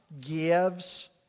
gives